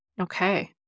Okay